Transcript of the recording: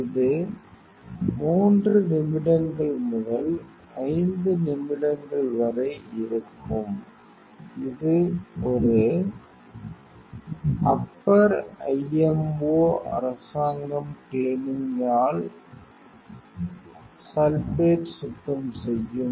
இது 3 நிமிடங்கள் முதல் 5 நிமிடங்கள் வரை இருக்கும் இது ஒரு அப்பர் ஐஎம்ஓ அரசாங்கம் கிளீனிங் ஆர் சல்பேட் சுத்தம் செய்யும்